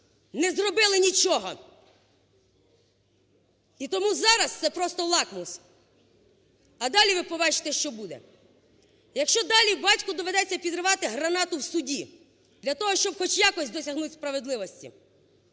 Не зробили нічого! І тому зараз це просто лакмус. А далі ви побачите, що буде. Якщо далі батьку доведеться підривати гранату в суді для того, щоб хоч якось досягнути справедливості;